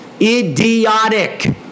Idiotic